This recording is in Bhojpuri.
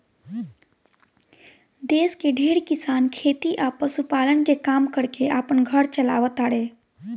देश के ढेरे किसान खेती आ पशुपालन के काम कर के आपन घर चालाव तारे